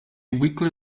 weekly